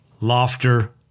Laughter